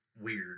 weird